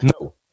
no